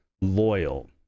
loyal